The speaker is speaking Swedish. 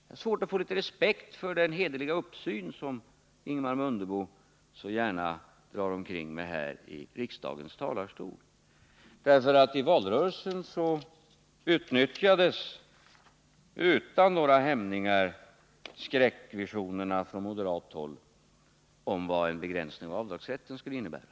Jag har svårt att få respekt för den hederliga uppsyn som Ingemar Mundebo så gärna visar upp i riksdagens talarstol, eftersom han i valrörelsen utnyttjade — utan några hämningar — skräckvisionerna från moderat håll av vad en begränsning av avdragsrätten skulle innebära.